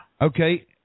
Okay